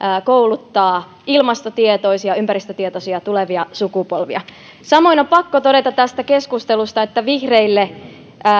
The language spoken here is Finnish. kouluttaa ilmastotietoisia ympäristötietoisia tulevia sukupolvia samoin on pakko todeta tästä keskustelusta että vihreille